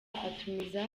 atumiza